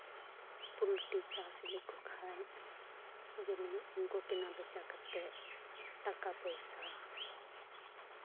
poultry ᱪᱟᱥ ᱞᱮᱠᱚ ᱠᱷᱟᱡ ᱡᱮᱢᱚᱱ ᱩᱱᱠᱩ ᱠᱮᱱᱟ ᱵᱮᱪᱟ ᱠᱟᱛᱮ ᱴᱟᱠᱟ ᱯᱚᱭᱥᱟ